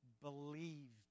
believed